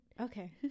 Okay